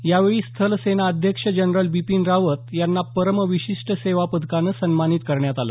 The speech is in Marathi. यावेळी स्थल सेना अध्यक्ष जनरल बिपिन रावत यांना परम विशिष्ट सेवा पदकानं सन्मानित करप्यात आलं